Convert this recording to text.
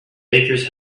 bakers